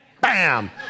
Bam